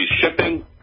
shipping